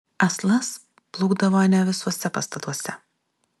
aslas plūkdavo ne visuose pastatuose